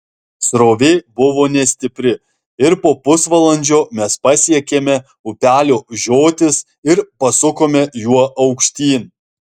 srovė buvo nestipri ir po pusvalandžio mes pasiekėme upelio žiotis ir pasukome juo aukštyn